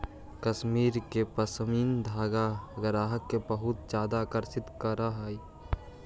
कश्मीर के पशमीना धागा ग्राहक के बहुत ज्यादा आकर्षित करऽ हइ